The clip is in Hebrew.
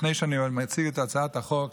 לפני שאני מציג את הצעת החוק,